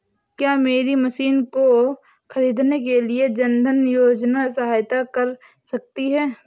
क्या मेरी मशीन को ख़रीदने के लिए जन धन योजना सहायता कर सकती है?